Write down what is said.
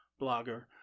blogger